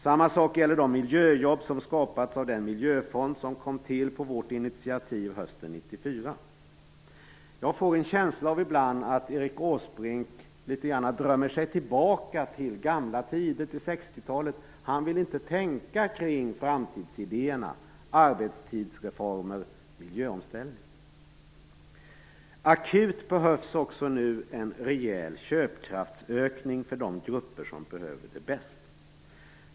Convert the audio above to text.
Samma sak gäller för de miljöjobb som skapats av den miljöfond som kom till på vårt initiativ hösten 1994. Jag får ibland en känsla av att Erik Åsbrink litet grand drömmer sig tillbaka till gamla tider, till 60 talet. Han vill inte tänka kring framtidsidéerna; arbetstidsreformer och miljöomställning. Akut behövs också nu en rejäl köpkraftsökning för de grupper som behöver det bäst.